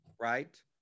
right